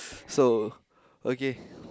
so okay